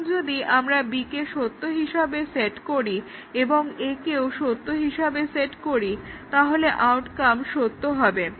এখন যদি তোমরা B কে সত্য হিসাবে সেট করো এবং A কেও সত্য হিসাবে সেট করো তাহলে আউটকাম সত্য হবে